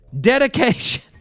Dedication